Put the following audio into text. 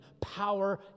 power